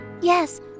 yes